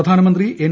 പ്രധാനമന്ത്രി എൻ